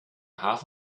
half